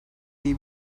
iyi